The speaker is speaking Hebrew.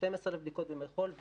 12,000 בדיקות בימי חול.